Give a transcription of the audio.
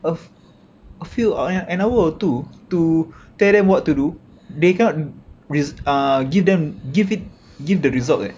a fe~ a few a~ an hour or two to tell them what to do they cannot re~ uh give them give it give the result leh